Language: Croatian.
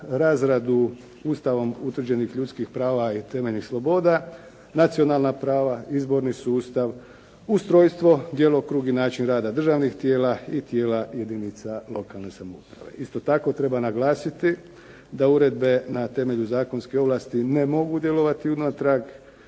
razradu Ustavom utvrđenih ljudskih prava i temeljnih sloboda, nacionalna prava, izborni sustav, ustrojstvo, djelokrug i način rada državnih tijela i tijela jedinica lokalne samouprave. Isto tako treba naglasiti da uredbe na temelju zakonske ovlasti ne mogu djelovati unatrag,